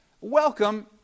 Welcome